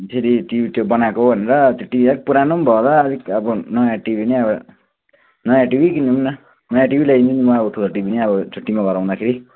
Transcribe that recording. फेरि टिभी त्यो बनाएको भनेर त्यो टिभी अलिक पुरानो पनि भयो होला अलिक अब नयाँ टिभी नै नयाँ टिभी किनौँ न नयाँ टिभी ल्याइदिन्छु नि म अब ठुलो टिभी नै अब छुट्टी घर आउँदाखेरि